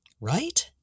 Right